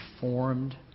formed